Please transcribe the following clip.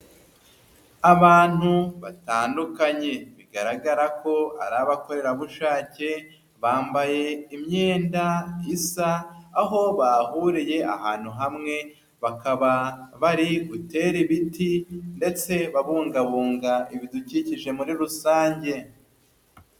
Abantu batandukanye bigaragara ko ari abakorerabushake bambaye imyenda isa aho bahuriye ahantu hamwe bakaba bari gutera ibiti ndetse babungabunga ibidukikije muri rusange.